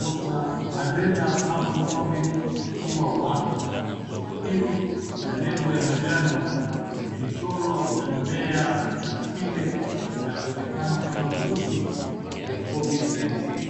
Dr. Adela herbal covid cure1, chupa hiyo lina lebo ya majano yenye michoro ya mimea na kile kinachonekana kama virusi vya COVID-19.